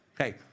okay